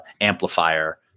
amplifier